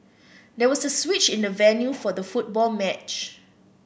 there was a switch in the venue for the football match